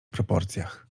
proporcjach